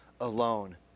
alone